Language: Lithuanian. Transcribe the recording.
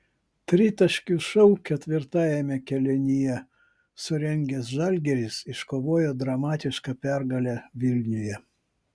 tritaškių šou ketvirtajame kėlinyje surengęs žalgiris iškovojo dramatišką pergalę vilniuje